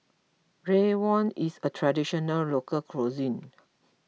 Rawon is a Traditional Local Cuisine